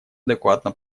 адекватно